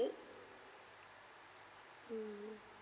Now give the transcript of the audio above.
is it mm